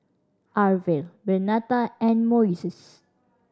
Arvel Bernetta and Moises